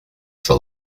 for